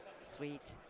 Sweet